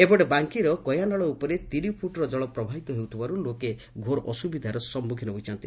ଏପଟେ ବାଙ୍କୀର କଇଁଆନାଳ ଉପରେ ତିନିଫୁଟର ଜଳ ପ୍ରବାହିତ ହେଉଥିବାରୁ ଲୋକେ ଘୋର ଅସ୍ବବିଧାର ସମ୍ମଖୀନ ହୋଇଛନ୍ତି